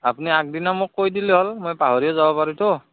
আপুনি আগদিনা মোক কৈ দিলি হ'ল মই পাহৰিয়ে যাব পাৰোঁতো